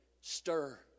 stir